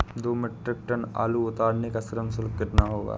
दो metric tonne आलू उतारने का श्रम शुल्क कितना होगा?